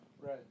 Right